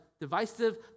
divisive